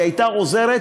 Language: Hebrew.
היא הייתה עוזרת,